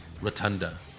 rotunda